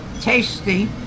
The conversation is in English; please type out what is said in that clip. Tasty